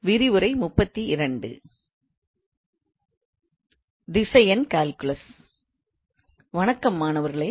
வணக்கம் மாணவர்களே